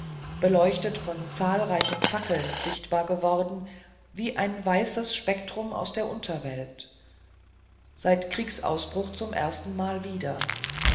beleuchtetet von zahlreichen fackeln sichtbar geworden wie ein weißes spektrum aus der unterwelt seit kriegsausbruch zum erstenmal wieder